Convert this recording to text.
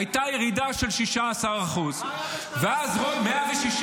הייתה ירידה של 16%. מה היה בשנת 2020?